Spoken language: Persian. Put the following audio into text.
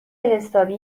حسابی